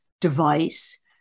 device